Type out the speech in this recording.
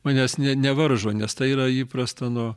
manęs ne nevaržo nes tai yra įprasta nu